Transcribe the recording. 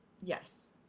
Yes